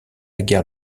guerre